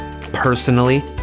personally